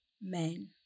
men